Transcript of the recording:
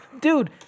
dude